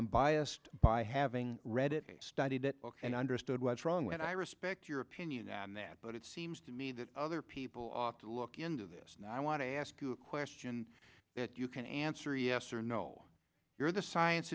am biased by having read it studied it and understood what's wrong and i respect your opinion on that but it seems to me that other people ought to look into this and i want to ask you a question that you can answer yes or no you're the science